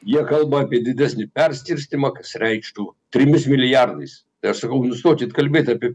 jie kalba apie didesnį perskirstymą kas reikštų trimis milijardais tai aš sakau nustokit kalbėt apie